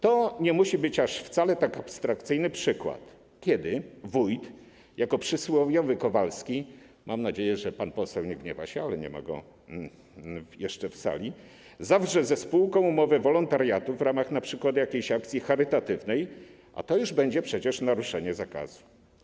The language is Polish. To wcale nie musi być aż tak abstrakcyjny przykład, kiedy wójt jako przysłowiowy Kowalski - mam nadzieję, że pan poseł nie gniewa się, ale nie ma go jeszcze w sali - zawrze ze spółką umowę wolontariatu np. w ramach jakiejś akcji charytatywnej, co już będzie przecież naruszeniem zakazu.